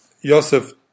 Yosef